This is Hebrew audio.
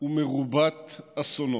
ומרובת אסונות.